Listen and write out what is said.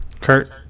Kurt